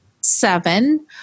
seven